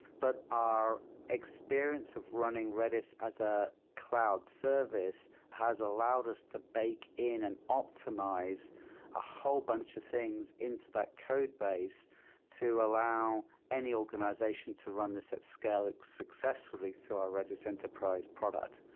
but our experience of running redis as a cloud service has allowed us to bake in and optimize a whole bunch of things into that codebase to allow any organization to run this at scale like successfully through our redis enterprise product.